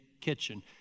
kitchen